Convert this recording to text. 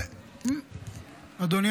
אדוני